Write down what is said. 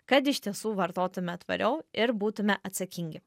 kad iš tiesų vartotume tvariau ir būtume atsakingi